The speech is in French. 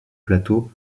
plateau